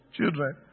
children